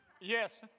Yes